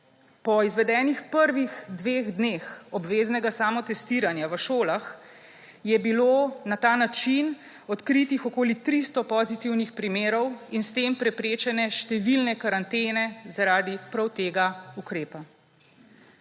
Po izvedenih prvih dveh dneh obveznega samotestiranja v šolah je bilo na ta način odkritih okoli 300 pozitivnih primerov in s tem preprečene številne karantene prav zaradi tega ukrepa.